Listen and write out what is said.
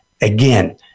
Again